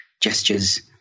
gestures